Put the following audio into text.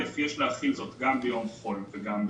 יש להפעיל זאת גם ביום חול וגם בשבת,